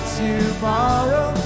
tomorrow